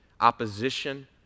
opposition